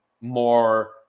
more